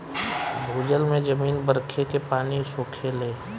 भूजल में जमीन बरखे के पानी सोखेले